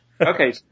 okay